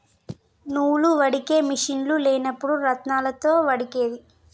నూలు వడికే మిషిన్లు లేనప్పుడు రాత్నాలతో వడికేది